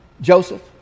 Joseph